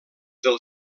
del